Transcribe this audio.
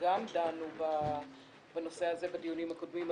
שגם דנו בנושא הזה בדיונים הקודמים.